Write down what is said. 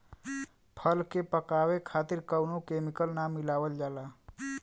फल के पकावे खातिर कउनो केमिकल ना मिलावल जाला